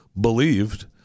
believed